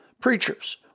Preachers